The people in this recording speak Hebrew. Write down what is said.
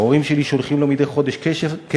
ההורים שלי שולחים לו מדי חודש כסף,